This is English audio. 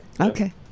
Okay